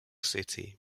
city